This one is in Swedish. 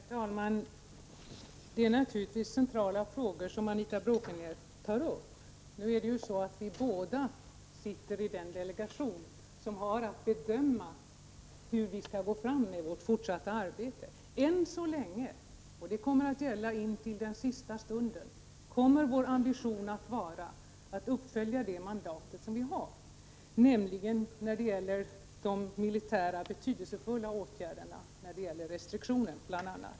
Herr talman! Det är naturligtvis centrala frågor som Anita Bråkenhielm tar upp. Vi sitter båda i den delegation som har att bedöma hur vi skall gå fram med vårt fortsatta arbete. Än så länge — och det kommer att gälla intill den sista stunden —- kommer vår ambition att vara att uppfölja det mandat som vi har, bl.a. när det gäller de militärt betydelsefulla restriktionsåtgärderna.